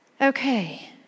Okay